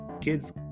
Kids